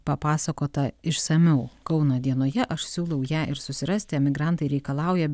papasakota išsamiau kauno dienoje aš siūlau ją ir susirasti emigrantai reikalauja